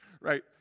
Right